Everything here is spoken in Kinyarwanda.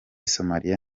somalia